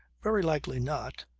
very likely not.